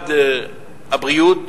שמשרד הבריאות